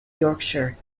yorkshire